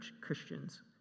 Christians